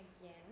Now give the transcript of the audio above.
again